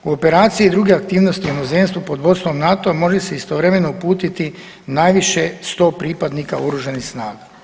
U operaciji i druge aktivnosti u inozemstvu pod vodstvom NATO-a može se istovremeno uputiti najviše 100 pripadnika oružanih snaga.